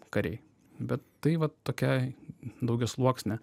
kariai bet tai va tokia daugiasluoksnė